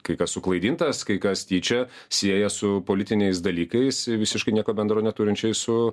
kai kas suklaidintas kai kas tyčia sieja su politiniais dalykais visiškai nieko bendro neturinčiais su